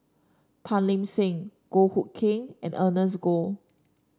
Tan Lip Seng Goh Hood Keng and Ernest Goh